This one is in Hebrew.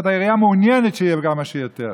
זאת אומרת, העירייה מעוניינת שיהיו כמה שיותר.